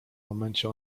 momencie